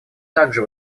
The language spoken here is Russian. также